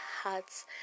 hearts